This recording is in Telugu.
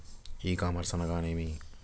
ఈ కామర్స్ అనగానేమి?